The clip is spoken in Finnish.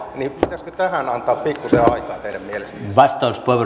pitäisikö tähän antaa pikkusen aikaa teidän mielestänne